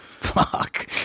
fuck